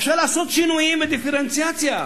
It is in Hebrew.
אפשר לעשות שינויים בדיפרנציאציה.